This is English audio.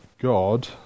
God